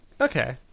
Okay